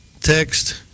text